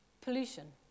pollution